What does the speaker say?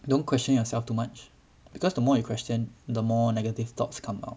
don't question yourself too much because the more you question the more negative thoughts come out